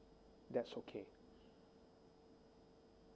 that's okay